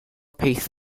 peace